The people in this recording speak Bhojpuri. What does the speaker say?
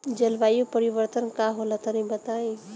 जलवायु परिवर्तन का होला तनी बताई?